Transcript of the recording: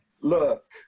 look